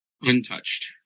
Untouched